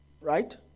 Right